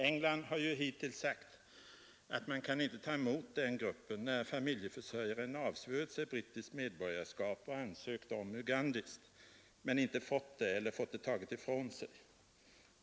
England har ju hittills sagt att man kan inte ta emot den statslösa gruppen, när familjeförsörjaren avsvurit sig brittiskt medborgarskap och ansökt om ugandiskt men inte fått det eller fått det taget ifrån sig.